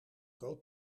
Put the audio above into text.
groot